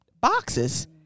boxes